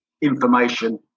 information